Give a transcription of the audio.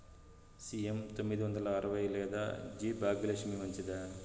CM తొమ్మిది వందల అరవై లేదా జి భాగ్యలక్ష్మి మంచిదా?